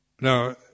Now